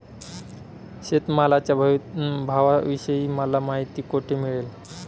शेतमालाच्या भावाविषयी मला माहिती कोठे मिळेल?